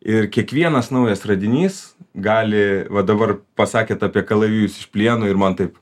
ir kiekvienas naujas radinys gali va dabar pasakėt apie kalavijus iš plieno ir man taip